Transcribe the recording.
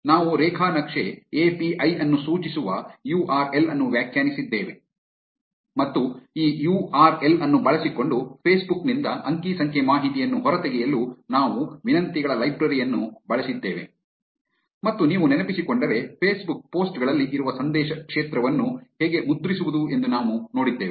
ನಾವು ರೇಖಾ ನಕ್ಷೆ ಎಪಿಐ ಅನ್ನು ಸೂಚಿಸುವ ಯು ಆರ್ ಎಲ್ ಅನ್ನು ವ್ಯಾಖ್ಯಾನಿಸಿದ್ದೇವೆ ಮತ್ತು ಈ ಯು ಆರ್ ಎಲ್ ಅನ್ನು ಬಳಸಿಕೊಂಡು ಫೇಸ್ಬುಕ್ ನಿಂದ ಅಂಕಿ ಸಂಖ್ಯೆ ಮಾಹಿತಿಯನ್ನು ಹೊರತೆಗೆಯಲು ನಾವು ವಿನಂತಿಗಳ ಲೈಬ್ರರಿಯನ್ನು ಬಳಸಿದ್ದೇವೆ ಮತ್ತು ನೀವು ನೆನಪಿಸಿಕೊಂಡರೆ ಫೇಸ್ಬುಕ್ ಪೋಸ್ಟ್ ಗಳಲ್ಲಿ ಇರುವ ಸಂದೇಶ ಕ್ಷೇತ್ರವನ್ನು ಹೇಗೆ ಮುದ್ರಿಸುವುದು ಎಂದು ನಾವು ನೋಡಿದ್ದೇವೆ